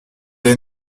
est